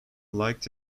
liked